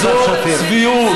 איזו צביעות, חברת הכנסת סתיו שפיר.